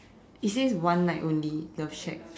is says one night only love shack